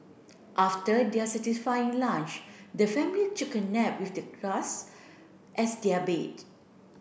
after their satisfying lunch the family took a nap with the grass as their bed